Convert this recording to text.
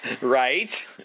Right